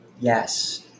yes